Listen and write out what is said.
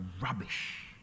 rubbish